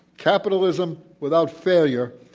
capitalism without failure,